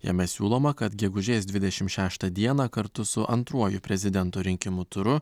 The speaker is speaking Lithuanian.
jame siūloma kad gegužės dvidešim šeštą dieną kartu su antruoju prezidento rinkimų turu